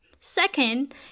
Second